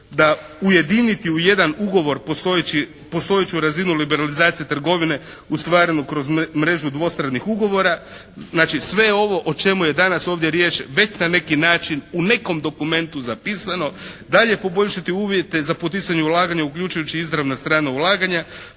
da ujediniti u jedan ugovor postojeću razinu liberalizacije trgovine ostvarenu kroz mrežu dvostranih ugovora. Znači, sve ovo o čemu je danas ovdje riječ već na neki način u nekom dokumentu zapisano. Dalje poboljšati uvjete za poticanje ulaganja uključujući izravna strana ulaganja,